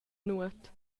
nuot